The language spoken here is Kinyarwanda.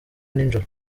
nijoro